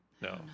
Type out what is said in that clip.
No